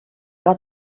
got